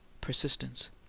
persistence